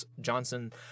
Johnson